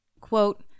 quote